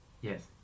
Yes